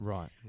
Right